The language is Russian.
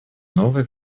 новые